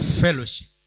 fellowship